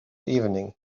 evening